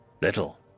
little